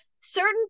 certain